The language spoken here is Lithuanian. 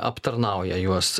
aptarnauja juos